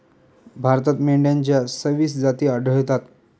भारतात मेंढ्यांच्या सव्वीस जाती आढळतात